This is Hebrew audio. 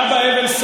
אבא אבן,